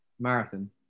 Marathon